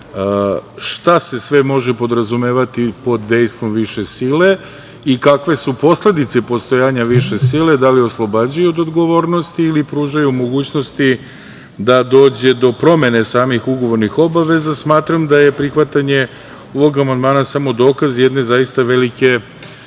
šta se sve može podrazumevati pod dejstvom više sile i kakve su posledice postojanja više sile, da li oslobađaju od odgovornosti ili pružaju mogućnosti da dođe do promene samih ugovornih obaveza, smatram da je prihvatanje ovog amandmana samo dokaz jedne zaista velike